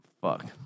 fuck